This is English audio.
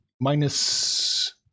minus